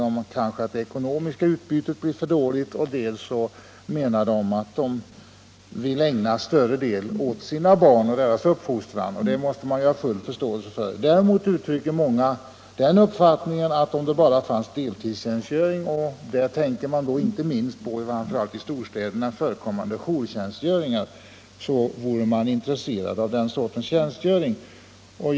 Dels blir kanske det ekonomiska utbytet för dåligt, dels vill de ägna mera tid åt sina barn och deras uppfostran. Detta måste man ha full förståelse för. Däremot uttrycker många den uppfattningen att om det bara fanns deltidstjänstgöring - man tänker framför allt på i storstäderna förekommande jourtjänstgöringar — vore de intresserade av den sortens tjänstgöring.